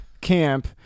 camp